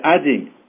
adding